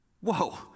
Whoa